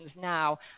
now